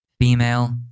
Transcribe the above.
female